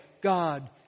God